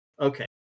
Okay